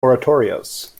oratorios